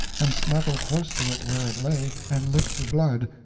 and snuggled close to it where it lay, and licked the blood,